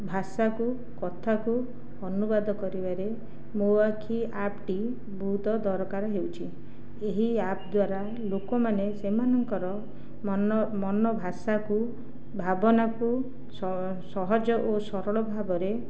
ଭାଷାକୁ କଥାକୁ ଅନୁବାଦ କରିବାରେ ମୋ ଆଖି ଆପ୍ଟି ବହୁତ ଦରକାର ହେଉଛି ଏହି ଆପ୍ ଦ୍ୱାରା ଲୋକମାନେ ସେମାନଙ୍କର ମନ ମନ ଭାଷାକୁ ଭାବନାକୁ ସସହଜ ଓ ସରଳ ଭାବରେ